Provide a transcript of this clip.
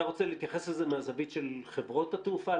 אתה רוצה להתייחס לזה מהזווית של חברות התעופה?